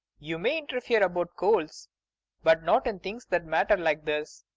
you may interfere about coals but not in things that matter like this.